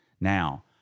Now